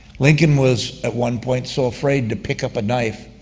lincoln was at one point so afraid to pick up a knife,